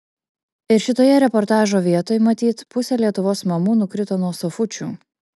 ir šitoje reportažo vietoj matyt pusė lietuvos mamų nukrito nuo sofučių